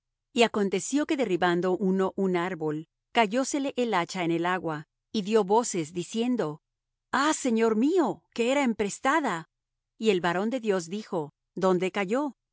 y aconteció que derribando uno un árbol cayósele el hacha en el agua y dió voces diciendo ah señor mío que era emprestada y el varón de dios dijo dónde cayó